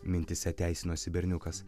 mintyse teisinosi berniukas